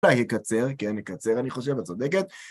אולי יקצר, כן יקצר, אני חושב, את צודקת.